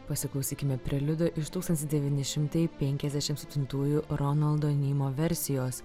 pasiklausykime preliudo iš tūkstantis devyni šimtai penkiasdešim septintųjų ronaldo neimo versijos